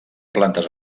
plantes